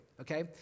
okay